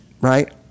right